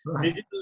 digital